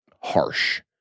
harsh